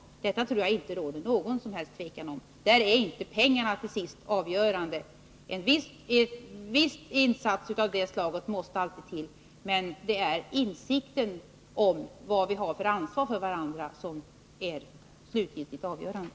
Om detta tror jag inte att det råder något som helst tvivel. Det är inte pengarna som är det avgörande. En viss insats av det slaget måste till, men det är insikten om det ansvar vi har för varandra som är det slutgiltigt avgörande.